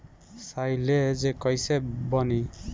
Silage कईसे बनी?